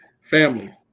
Family